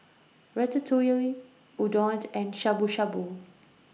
Ratatouille Udon and Shabu Shabu